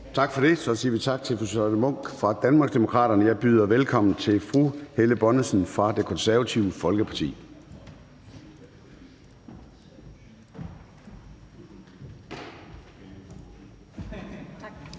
Gade): Så siger vi tak til fru Charlotte Munch fra Danmarksdemokraterne. Jeg byder velkommen til fru Helle Bonnesen fra Det Konservative Folkeparti.